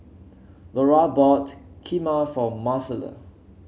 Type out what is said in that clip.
Lora bought Kheema for Marcela